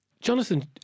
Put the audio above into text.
Jonathan